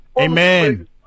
Amen